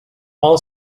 all